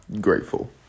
Grateful